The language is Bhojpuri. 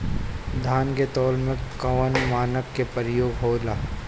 धान के तौल में कवन मानक के प्रयोग हो ला?